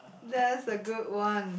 that's a good one